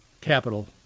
capital